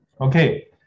Okay